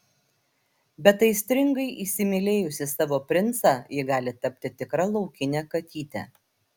bet aistringai įsimylėjusi savo princą ji gali tapti tikra laukine katyte